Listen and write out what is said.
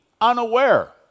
unaware